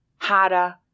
Harder